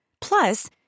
Plus